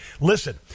listen